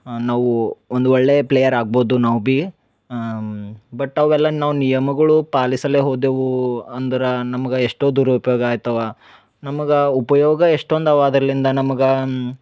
ನಾವು ಒಂದು ಒಳ್ಳೆಯ ಪ್ಲೇಯರ್ ಆಗ್ಬೌದು ನಾವು ಭಿ ಬಟ್ ಅವೆಲ್ಲ ನಾವು ನಿಯಮಗಳು ಪಾಲಿಸಲೇ ಹೋದೆವು ಅಂದ್ರೆ ನಮ್ಗೆ ಎಷ್ಟೋ ದುರುಪಯೋಗ ಆಗ್ತವ ನಮ್ಗೆ ಉಪಯೋಗ ಎಷ್ಟೊಂದು ಅವ ಅದರಿಂದ ನಮ್ಗೆ